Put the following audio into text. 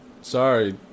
Sorry